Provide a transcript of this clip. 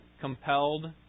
compelled